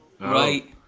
right